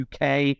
UK